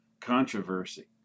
controversy